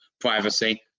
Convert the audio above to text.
privacy